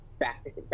practice